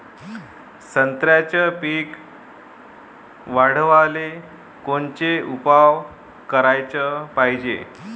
संत्र्याचं पीक वाढवाले कोनचे उपाव कराच पायजे?